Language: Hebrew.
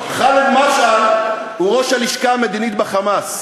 ח'אלד משעל הוא ראש הלשכה המדינית ב"חמאס".